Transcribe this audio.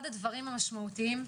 אחד הדברים המשמעותיים,